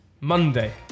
Monday